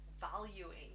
valuing